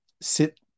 sit